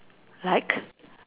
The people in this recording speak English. like